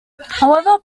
however